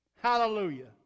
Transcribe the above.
Hallelujah